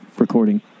recording